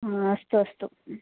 हा अस्तु अस्तु